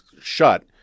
shut